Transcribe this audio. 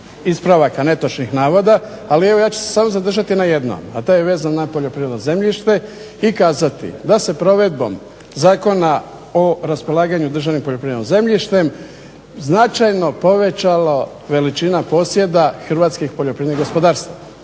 ispravaka netočnih navoda ali evo ja ću se samo zadržati na jednom, a taj je vezan na poljoprivredno zemljište i kazati da se provedbom Zakona o raspolaganju državnim poljoprivrednim zemljištem značajno povećala veličina posjeda hrvatskih poljoprivrednih gospodarstava.